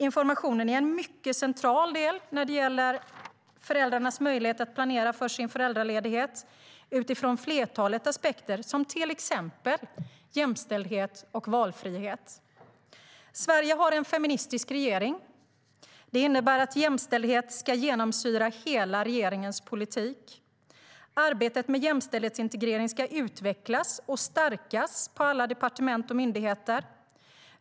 Informationen är en mycket central del när det gäller föräldrarnas möjlighet att planera sin föräldraledighet utifrån ett flertal aspekter, som till exempel jämställdhet och valfrihet. Sverige har en feministisk regering. Det innebär att jämställdhet ska genomsyra hela regeringens politik. Arbetet med jämställdhetsintegrering ska utvecklas och stärkas på alla departement och myndigheter.